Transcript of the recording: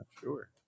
sure